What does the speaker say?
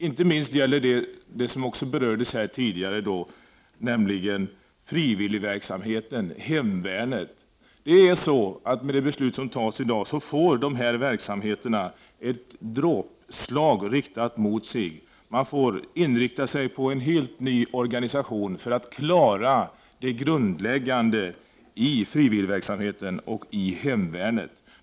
Inte minst gäller detta något som tidigare berördes, nämligen frivilligverksamheten, t.ex. hemvärnet. Med det beslut som fattas i dag får dessa verksamheter ett slag riktat mot sig. De får inrikta sig på en helt ny organisation för att klara de grundläggande behoven i frivilligverksamheten och i hemvärnet.